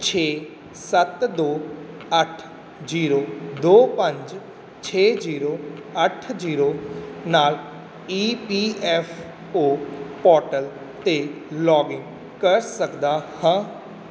ਛੇ ਸੱਤ ਦੋ ਅੱਠ ਜ਼ੀਰੋ ਦੋ ਪੰਜ ਛੇ ਜ਼ੀਰੋ ਅੱਠ ਜ਼ੀਰੋ ਨਾਲ E P F O portal 'ਤੇ ਲੌਗਇਨ ਕਰ ਸਕਦਾ ਹਾਂ